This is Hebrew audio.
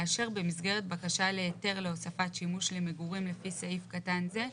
לאשר במסגרת בקשה להיתר להוספת שימוש למגורים לפי סעיף קטן זה,